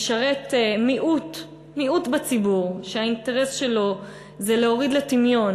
לשרת מיעוט בציבור שהאינטרס שלו זה להוריד לטמיון,